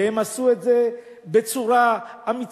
והם עשו את זה בצורה אמיצה,